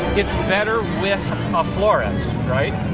it's better with a florist, right?